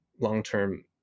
long-term